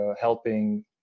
helping